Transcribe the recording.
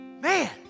Man